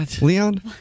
Leon